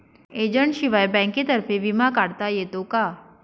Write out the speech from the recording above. एजंटशिवाय बँकेतर्फे विमा काढता येतो का?